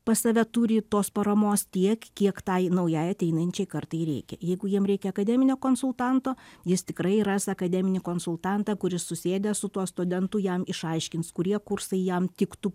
pas save turi tos paramos tiek kiek tai naujai ateinančiai kartai reikia jeigu jiem reikia akademinio konsultanto jis tikrai ras akademinį konsultantą kuris susėdęs su tuo studentu jam išaiškins kurie kursai jam tiktų